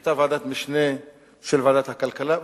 היתה ועדת משנה של ועדת הכלכלה.